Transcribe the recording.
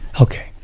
okay